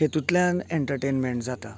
हेतूंतल्यान एन्टरटेन्मेंट जाता